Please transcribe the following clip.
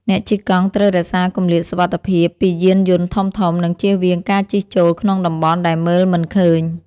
អ្នកជិះកង់ត្រូវរក្សាគម្លាតសុវត្ថិភាពពីយានយន្តធំៗ និងជៀសវាងការជិះចូលក្នុងតំបន់ដែលមើលមិនឃើញ។